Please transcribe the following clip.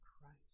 Christ